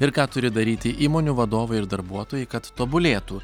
ir ką turi daryti įmonių vadovai ir darbuotojai kad tobulėtų